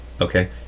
okay